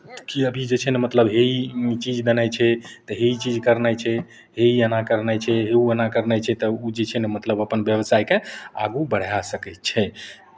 कि अभी जे छै ने मतलब हे ई चीज देनाइ छै तऽ हइ चीज करनाइ छै हइ एना करनाइ छै ओ ओना करनाइ छै तब ओ जे छै ने मतलब अपन व्यवसायके आगू बढ़ाए सकै छै